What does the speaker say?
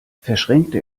verschränkte